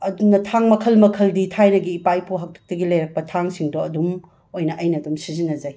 ꯑꯗꯨꯅ ꯊꯥꯡ ꯃꯈꯜ ꯃꯈꯜꯗꯤ ꯊꯥꯏꯅꯒꯤ ꯏꯄꯥ ꯏꯄꯨꯒꯤ ꯍꯥꯛꯇꯛꯇꯒꯤ ꯂꯩꯔꯛꯄ ꯊꯥꯡꯁꯤꯡꯗꯣ ꯑꯗꯨꯝ ꯑꯣꯏꯅ ꯑꯩꯅ ꯑꯗꯨꯝ ꯁꯤꯖꯤꯟꯅꯖꯩ